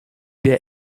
der